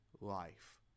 life